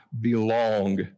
belong